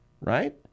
right